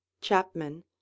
Chapman